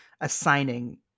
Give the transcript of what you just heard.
assigning